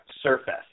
surface